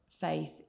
faith